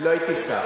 ולא הייתי שר.